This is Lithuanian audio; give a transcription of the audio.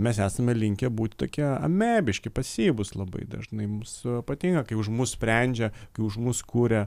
mes esame linkę būt tokie amebiški pasyvūs labai dažnai mus patinka kai už mus sprendžia kai už mus kuria